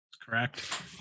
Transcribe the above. Correct